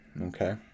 Okay